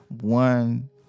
one